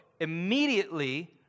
immediately